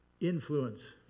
influence